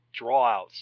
drawouts